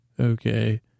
Okay